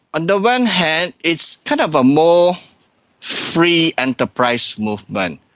and one hand it's kind of a more free enterprise movement.